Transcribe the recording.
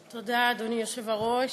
תודה, אדוני היושב-ראש,